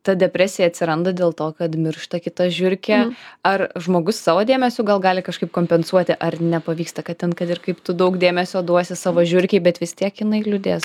ta depresija atsiranda dėl to kad miršta kita žiurkė ar žmogus savo dėmesiu gal gali kažkaip kompensuoti ar nepavyksta kad ten kad ir kaip tu daug dėmesio duosi savo žiurkei bet vis tiek jinai liūdės